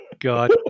God